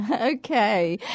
Okay